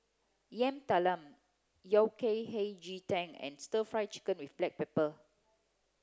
Yam Talam Yao Cai Hei Ji Tang and stir fry chicken with black pepper